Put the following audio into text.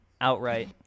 outright